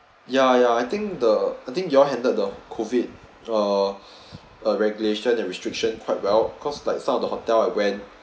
ya ya I think the I think you all handed the COVID uh uh regulation that restriction quite well cause like some of the hotel I went